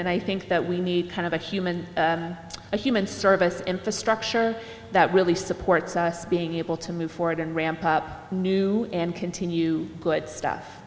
and i think that we need kind of a human and human services infrastructure that really supports us being able to move forward and ramp up new and continue good stuff